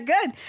Good